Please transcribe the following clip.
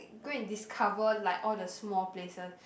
go and discover like all the small places